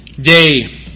day